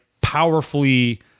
powerfully